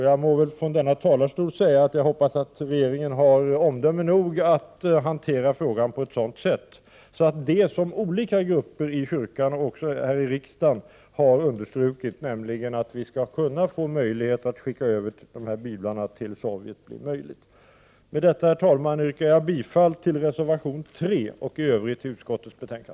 Jag må väl från denna talarstol säga att jag hoppas att regeringen har omdöme nog att hantera frågan på ett sådant sätt att det som olika grupper i kyrkan och även här i riksdagen har understrukit — nämligen att vi skall få möjlighet att skicka över de här biblarna till Sovjet — blir möjligt. Med detta, herr talman, yrkar jag bifall till reservation 3 och i övrigt till utskottets hemställan.